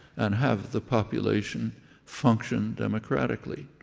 and have the population function democratically.